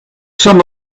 some